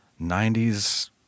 90s